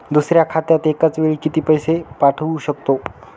दुसऱ्या खात्यात एका वेळी किती पैसे पाठवू शकतो?